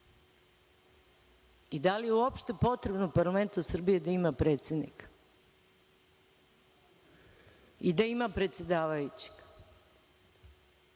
i da li je uopšte potrebno parlamentu Srbije potrebno da ima predsednika i da ima predsedavajućeg